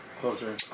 closer